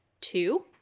two